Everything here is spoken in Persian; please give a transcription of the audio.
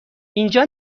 اینجا